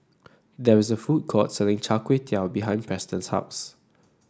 there is a food court selling Char Kway Teow behind Preston's house